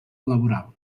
laboral